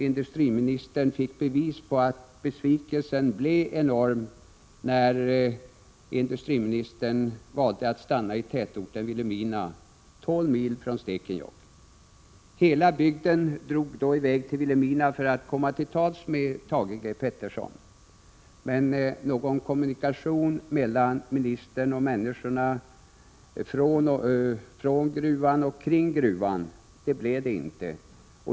Industriministern fick bevis på att besvikelsen blev enormt stor när han valde att stanna i tätorten Vilhelmina, 12 mil från Stekenjokk. Hela bygden drog då iväg till Vilhelmina för att komma till tals med Thage G. Petersson, men någon kommunikation mellan ministern och människorna från gruvan blev det inte.